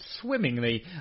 swimmingly